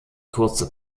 kurze